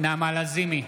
נעמה לזימי,